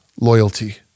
Loyalty